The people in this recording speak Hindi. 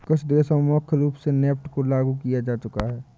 कुछ देशों में मुख्य रूप से नेफ्ट को लागू किया जा चुका है